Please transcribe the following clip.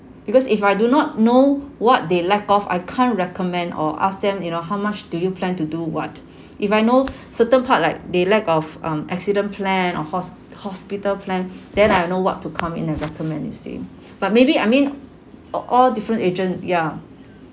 because if I do not know what they lack of I can't recommend or ask them you know how much do you plan to do what if I know certain part like they lack of um accident plan or hos~ hospital plan then I'll know what to come in and recommend you see but maybe I mean a~ all different agent ya